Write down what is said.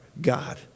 God